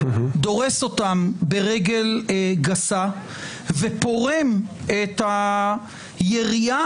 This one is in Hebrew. דורס אותם ברגל גסה ופורם את היריעה